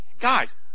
Guys